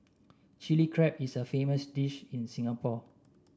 Chilli Crab is a famous dish in Singapore